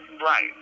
right